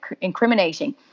incriminating